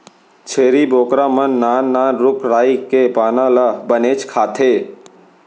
छेरी बोकरा मन नान नान रूख राई के पाना ल बनेच खाथें